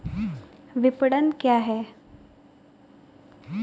विपणन क्या है?